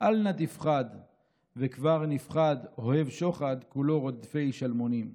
אל נא תפחד / וכבר נפחד / אוהב שוחד / כולו רודף שלמונים שלמונים.